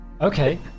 Okay